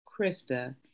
Krista